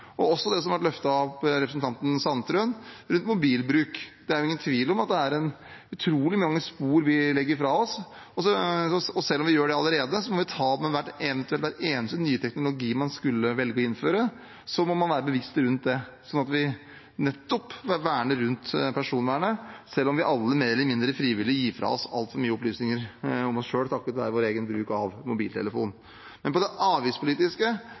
ingen tvil om at det er utrolig mange spor vi legger fra oss. Selv om vi allerede gjør det, må vi ta den debatten. Ved hver eneste nye teknologi man skulle velge å innføre, må man være bevisst rundt dette, sånn at vi nettopp verner om personvernet, selv om vi alle mer eller mindre frivillig gir fra oss altfor mye opplysninger om oss selv takket være vår egen bruk av mobiltelefon. Når det gjelder det avgiftspolitiske,